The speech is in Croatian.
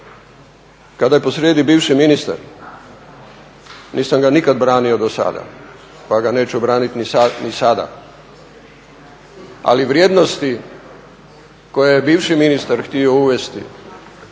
kada je posrijedi bivši ministar nisam ga nikad branio dosada pa ga neću braniti ni sada, ali vrijednosti koje je bivši ministar htio uvesti